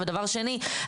דבר שני,